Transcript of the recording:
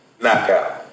knockout